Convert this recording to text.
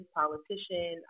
politician